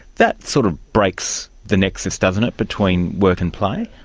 that sort of breaks the nexus, doesn't it, between work and play?